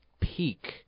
peak